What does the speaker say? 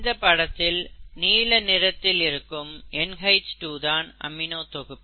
இந்த படத்தில் நீல நிறத்தில் இருக்கும் NH2 தான் அமினோ தொகுப்பு